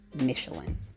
michelin